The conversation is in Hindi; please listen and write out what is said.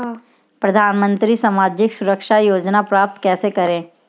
प्रधानमंत्री सामाजिक सुरक्षा योजना प्राप्त कैसे करें?